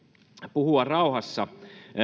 puhua rauhassa